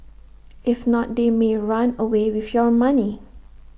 if not they may run away with your money